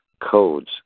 codes